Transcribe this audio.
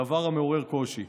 דבר המעורר קושי.